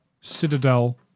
Citadel